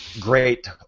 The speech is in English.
great